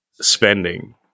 spending